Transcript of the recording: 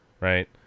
right